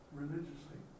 religiously